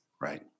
Right